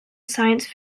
science